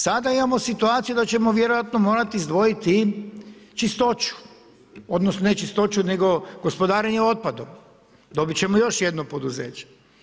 Sada imamo situaciju, da ćemo vjerojatno morati izdvojiti čistoću, odnosno, ne čistoću nego gospodarenje otpadom, dobiti ćemo još jedno poduzeće.